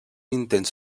intens